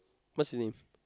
what's his name